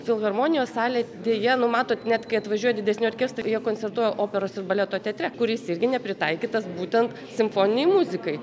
filharmonijos salė deja nu matot net kai atvažiuoja didesni orkestrai koncertuoja operos ir baleto teatre kuris irgi nepritaikytas būtent simfoninei muzikai